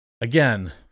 Again